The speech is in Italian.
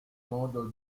modo